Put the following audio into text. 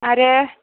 आरो